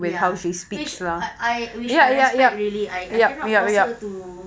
ya which I I which I respect really I I cannot force her to